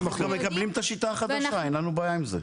אנחנו מקבלים את השיטה החדשה, אין לנו בעיה עם זה.